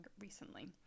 recently